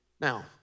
Now